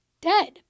dead